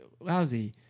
lousy